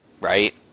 Right